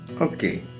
Okay